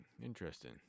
Interesting